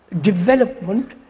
development